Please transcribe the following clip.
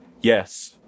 Yes